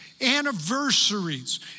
anniversaries